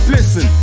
Listen